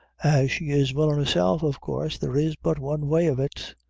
she is willin' herself, of course there is but one way of it.